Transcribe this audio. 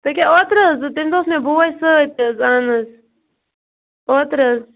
تکیاز اوترٕ حظ تمہ دۄہ اوس مےٚ بوے سۭتۍ حظ اہن حظ اوترٕ حظ